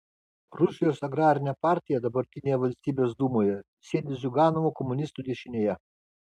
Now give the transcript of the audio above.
rusijos agrarinė partija dabartinėje valstybės dūmoje sėdi ziuganovo komunistų dešinėje